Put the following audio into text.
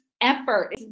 effort